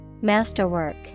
Masterwork